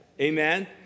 Amen